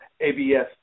ABS